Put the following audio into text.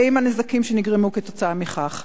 והנזקים שנגרמו כתוצאה מכך.